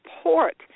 support